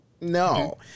no